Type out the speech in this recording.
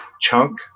chunk